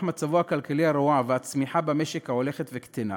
מצבו הכלכלי הרעוע והצמיחה במשק ההולכת וקטנה,